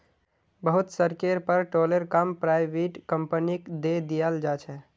बहुत सड़केर पर टोलेर काम पराइविट कंपनिक दे दियाल जा छे